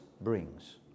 brings